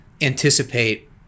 anticipate